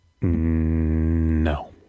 No